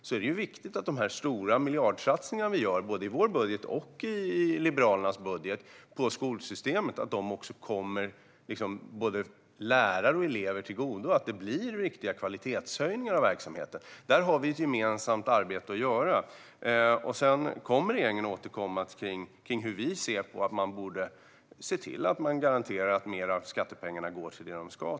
Det är viktigt att de stora miljardsatsningar på skolsystemet som finns både i vår budget och i Liberalernas budget kommer både lärare och elever till godo. Det måste bli riktiga kvalitetshöjningar i verksamheten. Vi har ett gemensamt arbete att göra där. Regeringen återkommer med hur man ska kunna garantera att mer av skattepengarna går till det de ska.